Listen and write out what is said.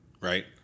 Right